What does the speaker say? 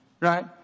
right